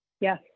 yes